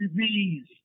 disease